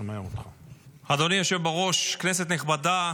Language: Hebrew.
אדוני היושב בראש, כנסת נכבדה,